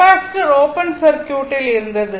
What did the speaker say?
capacitor open சர்க்யூட்டில் இருந்தது